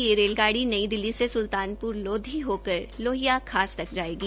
यह रेलगाड़ी नई दिल्ली से सुल्तानप्र लोधी होकर लोहिया खास तक जायेगी